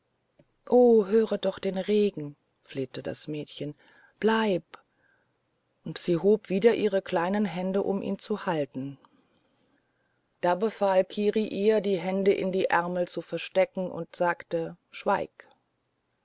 höre doch den regen flehte das mädchen bleib und sie hob wieder ihre kleinen hände um ihn zu halten da befahl kiri ihr die hände in die ärmel zu verstecken und sagte schweig